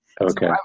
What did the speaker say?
Okay